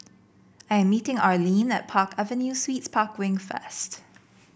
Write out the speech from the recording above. I'm meeting Arlin at Park Avenue Suites Park Wing first